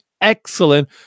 excellent